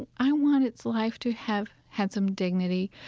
i want its life to have had some dignity,